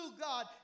God